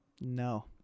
No